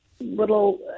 little